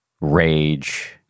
rage